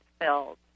filled